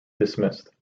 dismissed